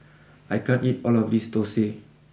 I can't eat all of this Thosai